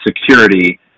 security